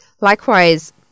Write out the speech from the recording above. Likewise